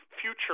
future